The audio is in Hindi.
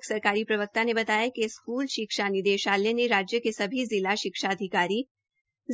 एक सरकारी प्रवक्ता ने बताया कि स्कूल शिक्षा निदेशालय ने राज्य के सभी जिला शिक्षा अधिकारी